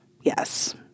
Yes